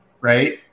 right